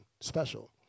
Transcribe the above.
special